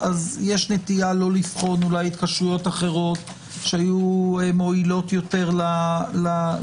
אז יש נטייה לא לבחון אולי התקשרויות אחרות שהיו מועילות יותר לחברה.